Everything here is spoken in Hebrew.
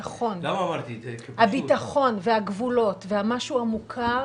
הבטחון והגבולות והמשהו המוכר,